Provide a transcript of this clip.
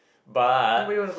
but